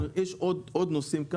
יש עוד נושאים.